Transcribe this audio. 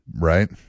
Right